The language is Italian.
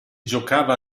giocava